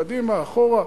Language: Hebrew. קדימה, אחורה,